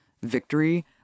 victory